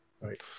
Right